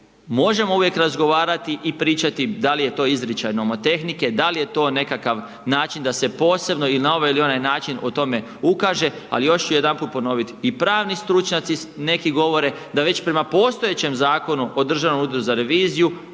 možemo uvijek razgovarati i pričati da li je to izričajno tehnike, da li je to nekakav način da se posebno, ili na ovaj ili onaj način o tome ukaže, ali još ću jedanput ponoviti. I pravni stručnjaci neki govore, da već prema postojećem Zakonu o DUR-u postoji